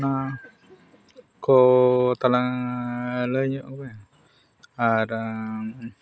ᱚᱱᱟ ᱠᱚ ᱛᱟᱞᱟᱝ ᱞᱟᱹᱭ ᱧᱚᱜᱽ ᱵᱤᱱ ᱟᱨ